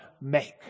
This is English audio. make